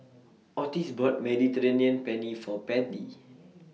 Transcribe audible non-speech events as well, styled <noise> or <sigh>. Ottis bought Mediterranean Penne For Matie <noise>